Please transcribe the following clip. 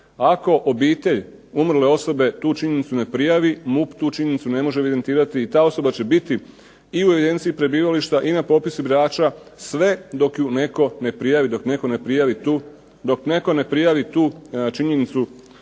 Ako obitelj umrle osobe tu činjenicu ne prijavi MUP tu činjenicu ne može evidentirati i ta osoba će biti i u evidenciji prebivališta i na popisu birača sve dok ju netko ne prijavi, dok netko ne prijavi tu činjenicu